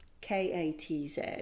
K-A-T-Z